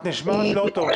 את נשמעת לא טוב.